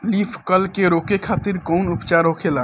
Leaf curl के रोके खातिर कउन उपचार होखेला?